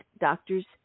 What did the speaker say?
doctors